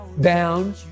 down